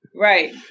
Right